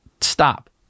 stop